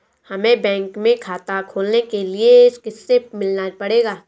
हमे बैंक में खाता खोलने के लिए किससे मिलना पड़ेगा?